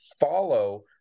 follow